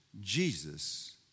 Jesus